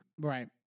Right